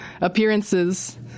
appearances